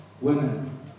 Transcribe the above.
women